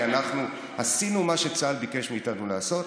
כי אנחנו עשינו מה שצה"ל ביקש מאיתנו לעשות.